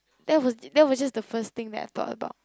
that was that was just the first thing that I thought about